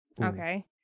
Okay